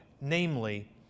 Namely